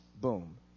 boom